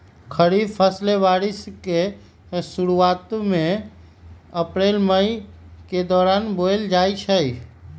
खरीफ फसलें बारिश के शुरूवात में अप्रैल मई के दौरान बोयल जाई छई